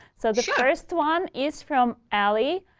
so the first one is from ali.